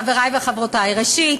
חברי וחברותי, ראשית,